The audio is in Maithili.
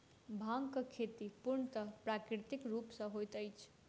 भांगक खेती पूर्णतः प्राकृतिक रूप सॅ होइत अछि